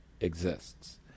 exists